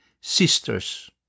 sisters